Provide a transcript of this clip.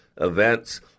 events